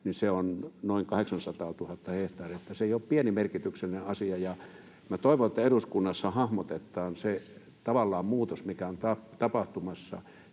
on, on noin 800 000 hehtaaria, niin että se ei ole pienimerkityksellinen asia. Minä toivon, että eduskunnassa hahmotetaan tavallaan se muutos, mikä on tapahtumassa,